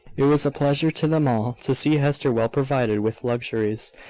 it was a pleasure to them all to see hester well provided with luxuries.